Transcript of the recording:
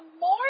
more